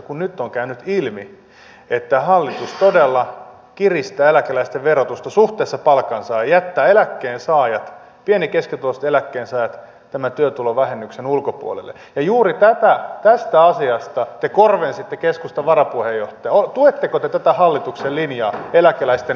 kun nyt on käynyt ilmi että hallitus todella kiristää eläkeläisten verotusta suhteessa palkansaajiin ja jättää eläkkeensaajat pieni ja keskituloiset eläkkeensaajat tämän työtulovähennyksen ulkopuolelle ja juuri tästä asiasta te korvensitte keskustan varapuheenjohtajaa niin tuetteko te tätä hallituksen linjaa eläkeläisten verokurittamisesta